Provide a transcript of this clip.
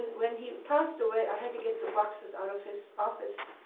when he passed away, i had to get the boxes out of his office,